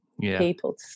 people